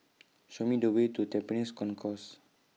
Show Me The Way to Tampines Concourse